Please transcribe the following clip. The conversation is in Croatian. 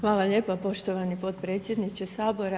Hvala lijepa poštovani potpredsjedniče Sabora.